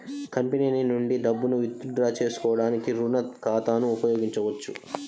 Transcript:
company నుండి డబ్బును withdraw చేసుకోవడానికి రుణ ఖాతాను ఉపయోగించొచ్చు